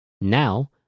Now